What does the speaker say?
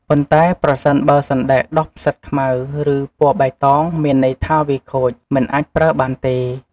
ប៉ុន្តែ ប្រសិនបើសណ្ដែកដុះផ្សិតខ្មៅ ឬពណ៌បៃតង មានន័យថាវាខូច មិនអាចប្រើបានទេ។